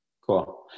Cool